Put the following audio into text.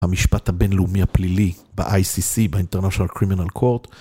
המשפט הבינלאומי הפלילי ב-ICC, ב-international criminal court